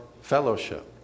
fellowship